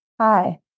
Hi